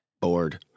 bored